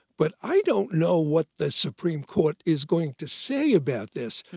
but i don't know what the supreme court is going to say about this.